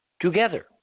together